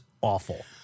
awful